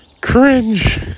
cringe